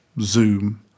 Zoom